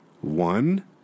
one